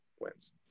wins